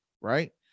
right